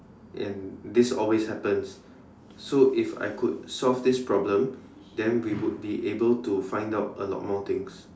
and this always happens so if I could solve this problem then we would be able to find out a lot more things